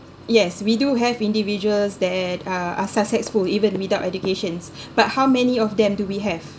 yes we do have individuals that are are successful even without educations but how many of them do we have